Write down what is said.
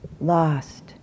lost